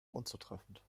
unzutreffend